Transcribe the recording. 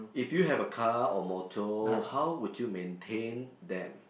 if you have a car or motor how would you maintain them